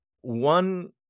one